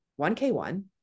1K1